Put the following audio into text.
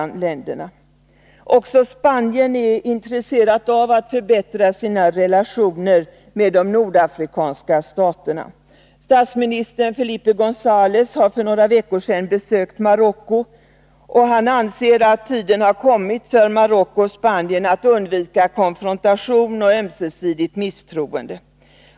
Också Spanien är intresserat av att förbättra sina relationer med de nordafrikanska staterna. Statsminister Felipe Gonzalez har för några veckor sedan besökt Marocko. Han anser att tiden har kommit för Marocko och Spanien att undvika konfrontation och ömsesidigt misstroende.